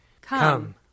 Come